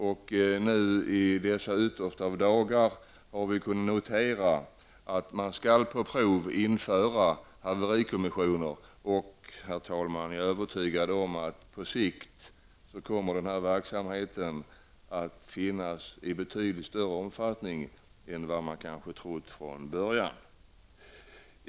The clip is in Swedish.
I den yttersta av dessa dagar har vi kunnat notera att man på prov nu skall införa haverikommissioner. Jag är övertygad, herr talman, om att den verksamheten på sikt kommer att finnas i betydligt större omfattning än vad man kanske trott från början.